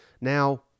Now